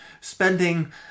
spending